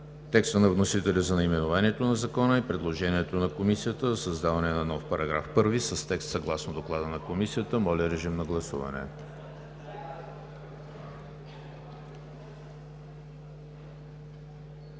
текста на вносителя за наименованието на Закона и предложението на Комисията за създаване на нов § 1 с текст съгласно Доклада на Комисията. Гласували